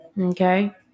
Okay